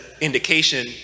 indication